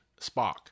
Spock